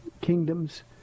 kingdoms